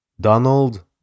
Donald